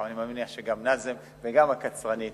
אני מניח שגם נאזם וגם הקצרנית